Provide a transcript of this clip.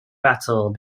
battle